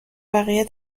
بقیه